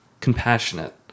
compassionate